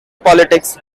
politics